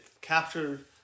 captured